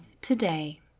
today